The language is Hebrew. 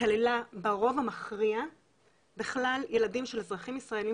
כללה ברוב המכריע בכלל ילדים של אזרחים ישראלים